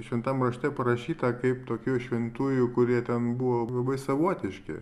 šventam rašte parašyta kaip tokių šventųjų kurie ten buvo labai savotiški